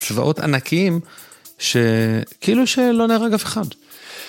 צבאות ענקים שכאילו שלא נהרג אף אחד.